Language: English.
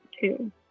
two